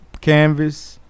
canvas